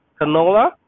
canola